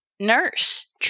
nurse